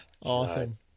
Awesome